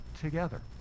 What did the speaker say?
together